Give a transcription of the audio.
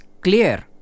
clear